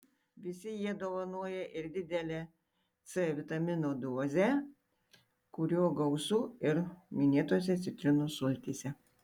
visi jie dovanoja ir didelę c vitamino dozę kurio gausu ir minėtose citrinų sultyse